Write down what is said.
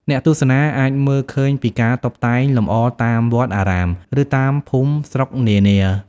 អ្នកទស្សនាអាចមើលឃើញពីការតុបតែងលម្អតាមវត្តអារាម ឬតាមភូមិស្រុកនានា។